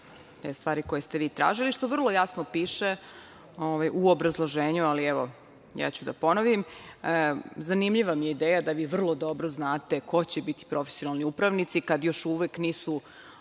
te stvari koje ste vi tražili, što vrlo jasno piše u obrazloženju, ali evo ponoviću. Zanimljiva mi je ideja da vi vrlo dobro znate ko će biti profesionalni upravnici, kad još uvek nisu